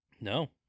No